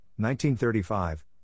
1935